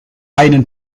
einen